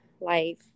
life